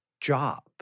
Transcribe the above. job